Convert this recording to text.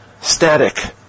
static